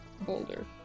boulder